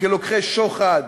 כלוקחי שוחד,